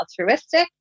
altruistic